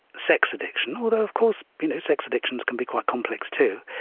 sex addiction, although of course you know sex addictions can be quite complex too,